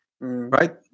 right